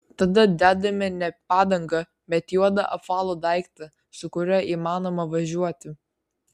tada dedame ne padangą bet juodą apvalų daiktą su kuriuo įmanoma važiuoti